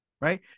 right